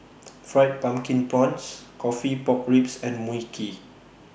Fried Pumpkin Prawns Coffee Pork Ribs and Mui Kee